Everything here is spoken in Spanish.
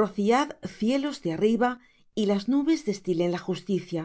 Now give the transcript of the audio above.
rociad cielos de arriba y las nubes destilen la justicia